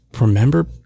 remember